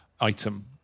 item